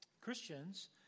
Christians